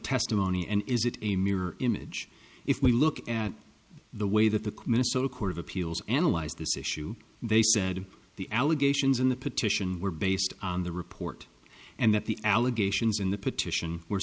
testimony and is it a mirror image if we look at the way that the minnesota court of appeals analyzed this issue they said the allegations in the petition were based on the report and that the allegations in the petition were